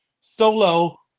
Solo